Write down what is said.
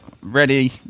ready